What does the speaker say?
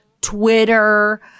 Twitter